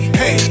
hey